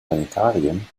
planetarium